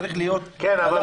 כן, אבל